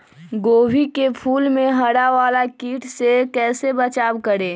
गोभी के फूल मे हरा वाला कीट से कैसे बचाब करें?